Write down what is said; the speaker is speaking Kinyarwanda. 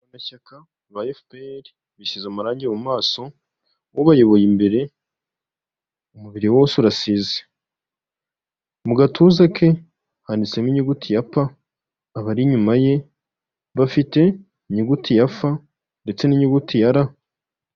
Abashyaka ba efuperi bisize umurange mu maso, ubayoboye imbere umubiri wose urasize, mu gatuza ke handitsemo inyuguti ya P, abari inyuma ye bafite inyuguti ya F ndetse n'inyuguti R.